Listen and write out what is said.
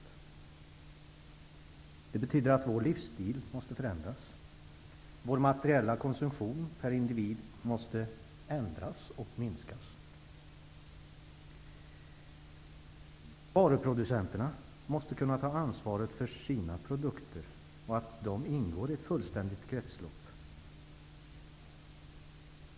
Det betyder att vår livsstil måste förändras. Vår materiella konsumtion per individ måste ändras och minskas. Varuproducenterna måste kunna ta ansvar för sina produkter och se till att de ingår i ett fullständigt kretslopp.